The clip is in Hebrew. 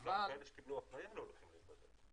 אבל --- גם כאלה שקיבלו הפניות לא רוצים להיבדק.